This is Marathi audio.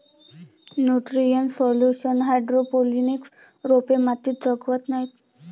न्यूट्रिएंट सोल्युशन हायड्रोपोनिक्स रोपे मातीत उगवत नाहीत